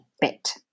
bit